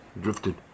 drifted